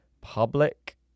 public